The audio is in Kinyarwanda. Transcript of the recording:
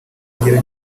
ingero